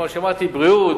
כמו שאמרתי: בריאות,